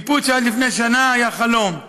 שיפוץ שעד לפני שנה היה חלום.